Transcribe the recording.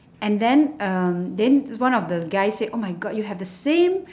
and then um then this one of the guy said oh my god you have the same